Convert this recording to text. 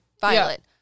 violet